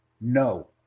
No